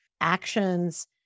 actions